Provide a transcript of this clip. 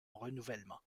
renouvellement